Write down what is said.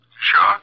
Sure